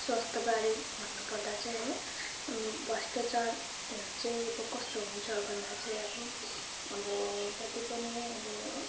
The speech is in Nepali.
स्वास्थ्य बारे भन्नु पर्दा चाहिँ है भ्रष्टचारहरू चाहिँ कस्तो हुन्छ भन्दा चाहिँ अब अब जति पनि अब